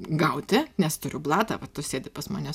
gauti nes turiu blatą va tu sėdi pas mane